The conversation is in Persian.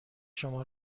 شما